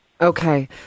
Okay